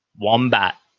wombat